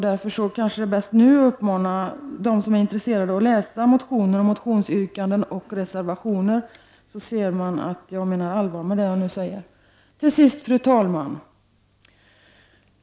Därför är det kanske bäst att nu uppmana dem som är intresserade att läsa motioner, motionsyrkanden och reservationer. Då finner man att jag menar allvar med det jag säger. Fru talman!